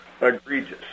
egregious